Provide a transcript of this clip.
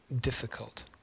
difficult